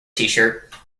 shirt